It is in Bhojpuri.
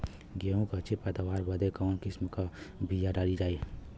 गेहूँ क अच्छी पैदावार बदे कवन किसीम क बिया डाली जाये?